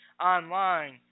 online